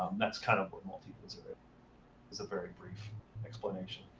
um that's kind of what multi-user is, as a very brief explanation.